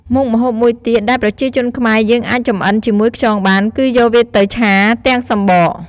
មុខម្ហូបមួយទៀតដែលប្រជាជនខ្មែរយើងអាចចម្អិនជាមួយខ្យងបាន គឺយកវាទៅឆាទាំងសំបក។